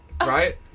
right